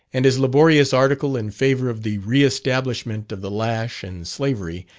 and his laborious article in favour of the re-establishment of the lash and slavery,